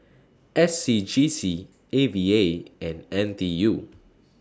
S C G C A V A and N T U